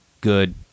good